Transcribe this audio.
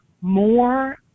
more